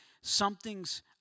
Something's